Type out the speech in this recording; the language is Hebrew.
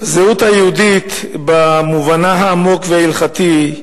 הזהות היהודית, במובנה העמוק וההלכתי,